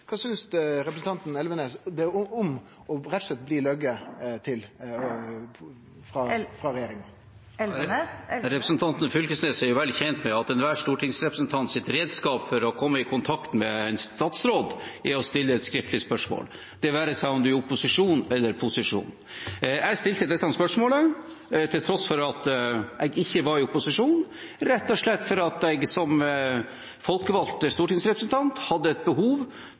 Kva synest representanten Elvenes om rett og slett å bli logen til frå regjeringa? Representanten Knag Fylkesnes er vel kjent med at enhver stortingsrepresentants redskap for å komme i kontakt med en statsråd er å stille et skriftlig spørsmål – det være seg om man er i opposisjon eller i posisjon. Jeg stilte dette spørsmålet, til tross for at jeg ikke var i opposisjon, rett og slett fordi jeg som folkevalgt stortingsrepresentant hadde behov